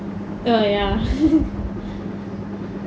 err ya